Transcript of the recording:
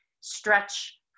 stretch